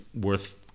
worth